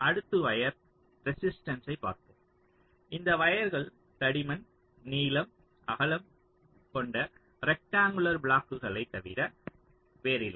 அடுத்து வயர் ரெசிஸ்டன்ஸ்யை பார்ப்போம் இந்த வயர்கள் தடிமன் நீளம் அகலம் கொண்ட ரெக்டாங்குழற் பிளாக்குகளைத் தவிர வேறில்லை